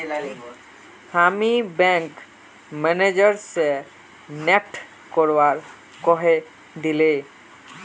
हामी bank manager स NEFT करवा कहइ दिले